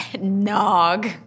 Nog